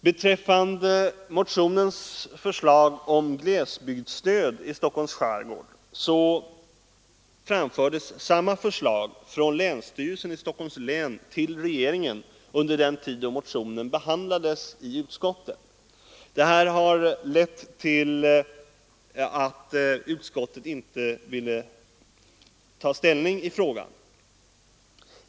Beträffande motionens förslag om glesbygdsstöd till Stockholms skärgård framfördes samma förslag från länsstyrelsen i Stockholms län till regeringen under den tid motionen behandlades i utskottet. Detta ledde till att utskottet inte ville ta ställning i frågan.